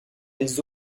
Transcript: les